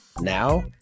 Now